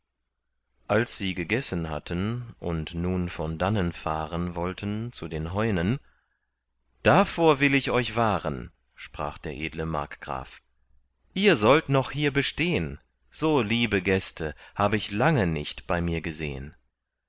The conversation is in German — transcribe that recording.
als sie gegessen hatten und nun von dannen fahren wollten zu den heunen davor will ich euch wahren sprach der edle markgraf ihr sollt noch hier bestehn so liebe gäste hab ich lange nicht bei mir gesehn